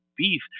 beef